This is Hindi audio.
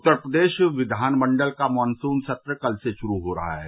उत्तर प्रदेश विघानमंडल का मानसून सत्र कल से शुरू हो रहा है